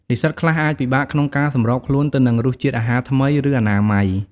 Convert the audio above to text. និស្សិតខ្លះអាចពិបាកក្នុងការសម្របខ្លួនទៅនឹងរសជាតិអាហារថ្មី ឬអនាម័យ។